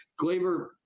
Glaber